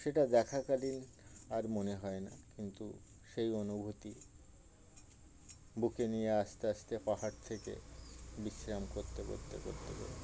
সেটা দেখাকালীন আর মনে হয় না কিন্তু সেই অনুভূতি বুকে নিয়ে আস্তে আস্তে পাহাড় থেকে বিশ্রাম করতে করতে করতে করতে